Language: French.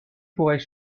pourrais